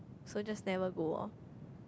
so just never go loh